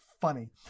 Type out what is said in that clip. funny